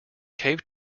cave